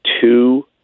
two